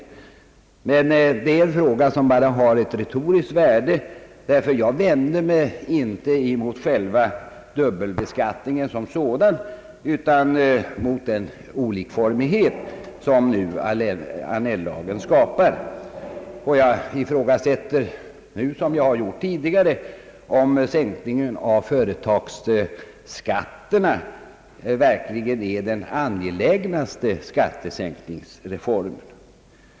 Det är en uppmaning som har bara retoriskt värde, ty jag vänder mig inte mot själva dubbelbeskattningen som sådan utan mot den olikformighet som Annell-lagen skapar. Jag ifrågasätter, som jag gjort tidigare, om sänkningen av företagsskatterna verkligen är den angelägnaste skattesänkningsreformen.